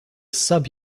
sub